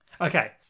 Okay